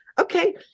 okay